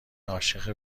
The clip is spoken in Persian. عاشق